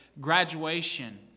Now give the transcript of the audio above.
graduation